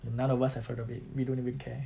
and none of us have heard of it we don't even care